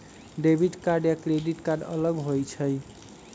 Debit card या credit card अलग होईछ ई?